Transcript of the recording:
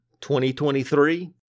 2023